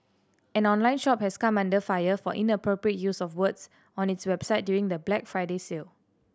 an online shop has come under fire for inappropriate use of words on its website during the Black Friday sale